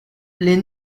les